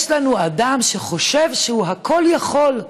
יש לנו אדם שחושב שהוא כל יכול.